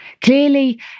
Clearly